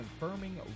confirming